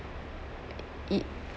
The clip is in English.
it